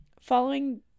Following